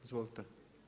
Izvolite.